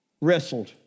wrestled